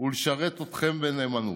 ולשרת אתכם בנאמנות.